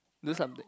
do something